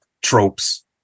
tropes